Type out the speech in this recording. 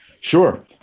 Sure